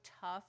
tough